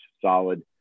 solid